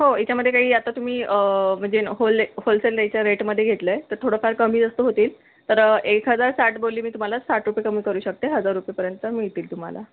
हो याच्यामध्ये काही आता तुम्ही म्हणजे होले होलसेल याच्या रेटमध्ये घेतलं आहे तर थोडंफार कमीजास्त होतील तर एक हजार साठ बोलली मी तुम्हाला साठ रुपये कमी करू शकते हजार रुपयेपर्यंत मिळतील तुम्हाला